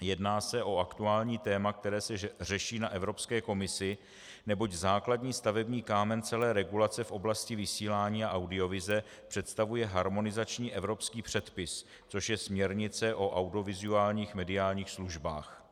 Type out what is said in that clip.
Jedná se o aktuální téma, které se řeší na Evropské komisi, neboť základní stavební kámen celé regulace v oblasti vysílání a audiovize představuje harmonizační evropský předpis, což je směrnice o audiovizuálních mediálních službách.